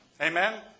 Amen